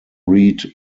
read